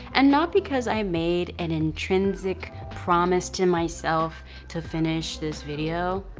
and not because i made an intrinsic promise to myself to finish this video.